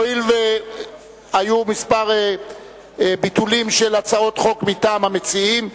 הואיל והיו כמה ביטולים של הצעות חוק מטעם המציעים,